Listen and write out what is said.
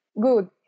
Good